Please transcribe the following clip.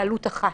כהתקהלות אחת.